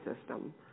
system